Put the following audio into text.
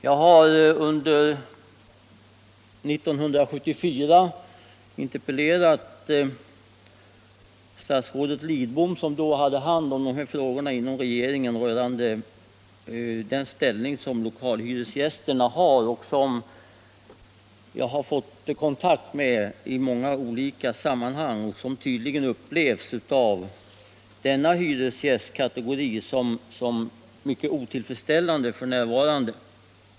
Jag interpellerade 1974 statsrådet Lidbom, som då hade hand om dessa frågor inom regeringen, angående lokalhyresgästernas ställning, en fråga som jag har fått beröring med i många olika sammanhang. Denna hyresgästkategoris ställning upplevs tydligen f. n. som mycket otillfredsställande.